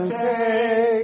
take